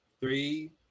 three